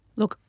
look,